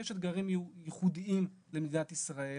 יש אתגרים ייחודיים למדינת ישראל,